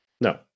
No